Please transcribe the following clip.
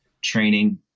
training